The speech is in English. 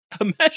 imagine